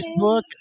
facebook